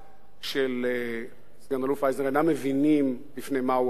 של סא"ל אייזנר אינם מבינים לפני מה הוא עמד,